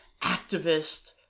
activist